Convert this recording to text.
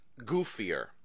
goofier